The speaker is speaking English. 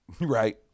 Right